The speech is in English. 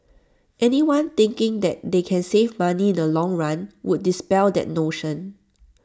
anyone thinking that they can save money in the long run would dispel that notion